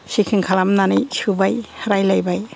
सेखिं खालामनानै सोबाय रायलायबाय